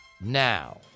now